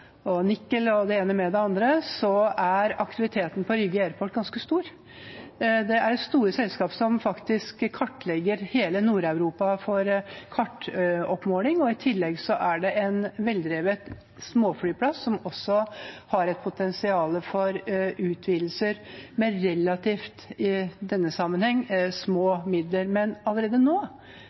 det ene med det andre, er aktiviteten på Rakkestad Airport ganske stor. Det er store selskap der som faktisk kartlegger hele Nord-Europa for kartoppmåling. I tillegg er det en veldrevet småflyplass som også har potensial for utvidelser med, i denne sammenheng, relativt små midler. Men allerede nå